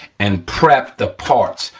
and prep the parts,